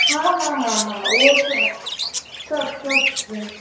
हा हा हा हा उहो स सभु सभु रही